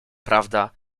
prawda